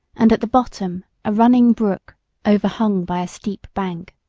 and at the bottom a running brook overhung by a steep bank.